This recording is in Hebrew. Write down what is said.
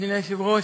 אדוני היושב-ראש,